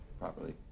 properly